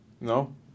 No